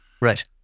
Right